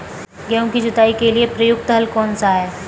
गेहूँ की जुताई के लिए प्रयुक्त हल कौनसा है?